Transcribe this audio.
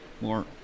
more